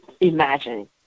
imagine